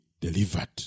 delivered